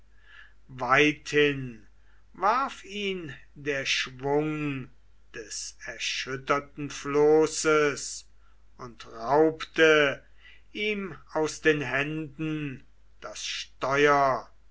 weithin warf ihn der schwung des erschütterten floßes und raubte ihm aus den händen das steu'r